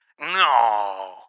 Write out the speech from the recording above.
No